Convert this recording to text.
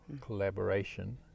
collaboration